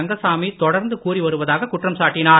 ரங்கசாமி தொடர்ந்து கூறிவருவதாக குற்றம் சாட்டினார்